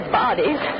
bodies